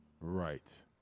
Right